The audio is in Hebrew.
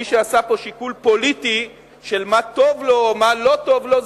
מי שעשה פה שיקול פוליטי של מה טוב לו או מה לא טוב לו,